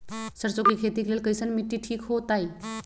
सरसों के खेती के लेल कईसन मिट्टी ठीक हो ताई?